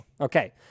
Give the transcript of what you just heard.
Okay